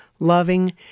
loving